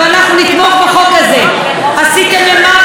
עשיתם למרגי, יושב-ראש הוועדה,